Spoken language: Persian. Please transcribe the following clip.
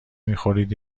میخورید